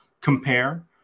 compare